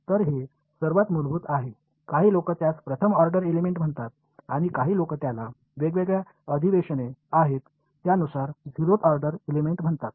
तर हे सर्वात मूलभूत आहे काही लोक त्यास प्रथम ऑर्डर एलिमेंट म्हणतात काही लोक त्याला वेगवेगळ्या अधिवेशने आहेत त्यानुसार झिरोथ ऑर्डर एलिमेंट म्हणतात